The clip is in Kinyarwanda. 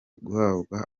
guhabwa